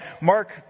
Mark